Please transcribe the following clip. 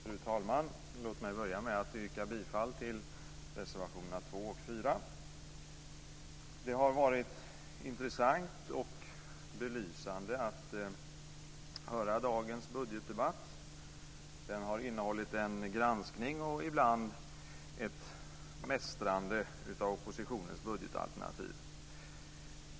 Fru talman! Låt mig börja med att yrka bifall till reservationerna 2 och 4. Det har varit intressant och belysande att höra dagens budgetdebatt. Den har innehållit en granskning och ibland ett mästrande av oppositionens budgetalternativ.